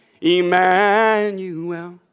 Emmanuel